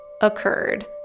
occurred